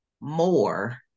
more